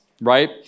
right